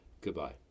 Goodbye